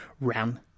ran